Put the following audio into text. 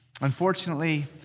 Unfortunately